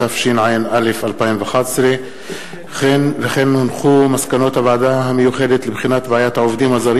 התשע"א 2011. מסקנות הוועדה המיוחדת לבחינת בעיית העובדים הזרים